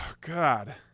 God